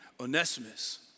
Onesimus